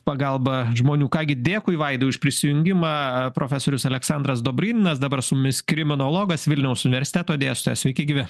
pagalba žmonių ką gi dėkui vaidai už prisijungimą profesorius aleksandras dobryninas dabar su mumis krimenologas vilniaus universiteto dėstytojas sveiki gyvi